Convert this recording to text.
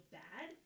bad